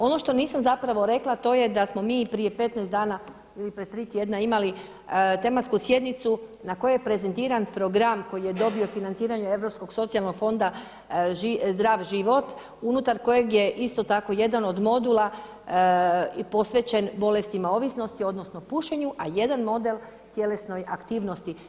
Ono što nisam rekla, a to je da smo mi prije 15 dana ili prije tri tjedna imali tematsku sjednicu na kojoj je prezentiran program koji je dobio financiranje od Europskog socijalnog fonda „Zdrav život“ unutar kojeg je isto tako jedan od modula posvećen bolestima ovisnosti odnosno pušenju, a jedan model tjelesnoj aktivnosti.